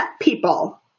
people